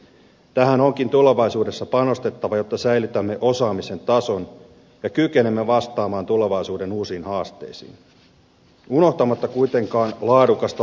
tähän onkin tulevaisuudessa panostettava jotta säilytämme osaamisen tason ja kykenemme vastaamaan tulevaisuuden uusiin haasteisiin unohtamatta kuitenkaan laadukasta lukiokoulutusta